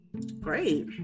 Great